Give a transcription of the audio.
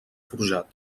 forjat